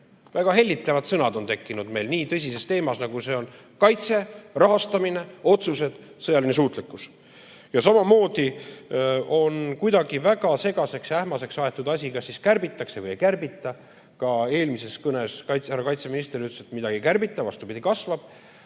Väga hellitavad sõnad on tekkinud meil nii tõsise teema puhul, nagu see on kaitse, rahastamine, otsused, sõjaline suutlikkus. Ja samamoodi on asi kuidagi väga segaseks ja ähmaseks aetud: kas siis kärbitakse või ei kärbita? Ka eelmises kõnes härra kaitseminister ütles, et midagi ei kärbita, vastupidi, kasvab.